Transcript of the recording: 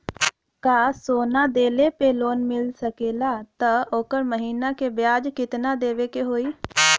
का सोना देले पे लोन मिल सकेला त ओकर महीना के ब्याज कितनादेवे के होई?